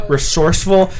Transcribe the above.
Resourceful